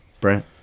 Brent